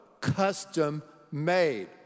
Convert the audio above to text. custom-made